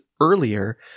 earlier